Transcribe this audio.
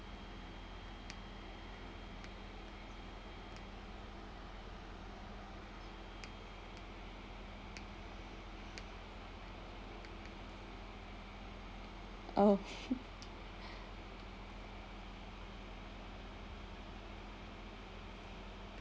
oh